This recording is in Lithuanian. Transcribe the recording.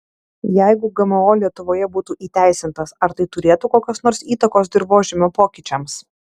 jeigu gmo lietuvoje būtų įteisintas ar tai turėtų kokios nors įtakos dirvožemio pokyčiams